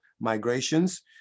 migrations